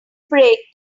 break